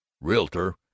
Realtor